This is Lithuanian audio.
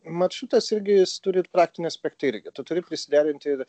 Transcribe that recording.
maršrutas irgi jis turi praktinį aspektą irgi tu turi prisiderinti